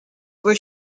were